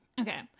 Okay